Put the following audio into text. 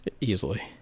Easily